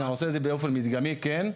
אני עושה את זה באופן מדגמי כן,